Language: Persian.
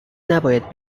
نباید